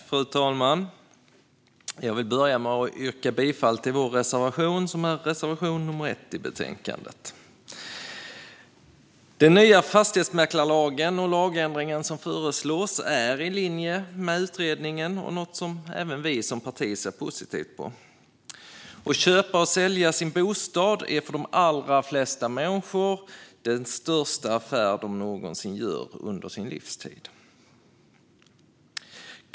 Fru talman! Jag vill börja med att yrka bifall till vår reservation 1. Den nya fastighetsmäklarlagen och lagändringarna som föreslås är i linje med utredningen och något som även vi som parti ser positivt på. Att köpa och sälja sin bostad är för de allra flesta människor den största affär som de någonsin gör under sin livstid.